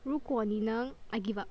如果你能 I give up